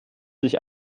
sich